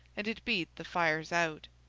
and it beat the fires out.